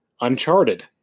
Uncharted